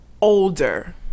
older